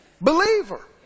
Believer